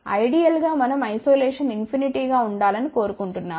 ideal గా మనం isolation infinity గా ఉండాలని కోరుకుంటున్నాము